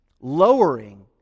lowering